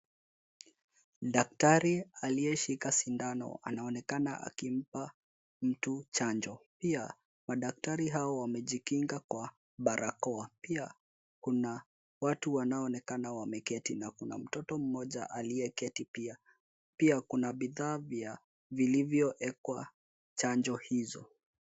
Daktari alie shika sindano ana onekana akimpa mtu chanjo, pia madaktari hao wame jikinga kwa barakoa, pia kuna watu wanao onekana wameketi na kuna mtoto mmoja alie keti pia, pia kuna bidhaa vilivyo ekwa chanjo hizo.